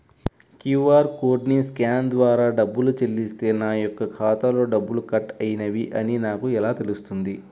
QR కోడ్ని scan ద్వారా డబ్బులు చెల్లిస్తే నా యొక్క ఖాతాలో డబ్బులు కట్ అయినవి అని నాకు ఎలా తెలుస్తుంది?